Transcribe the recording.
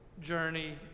journey